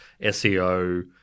SEO